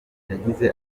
yagize